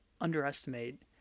underestimate